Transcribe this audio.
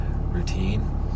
routine